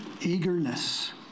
Eagerness